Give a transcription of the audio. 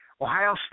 Ohio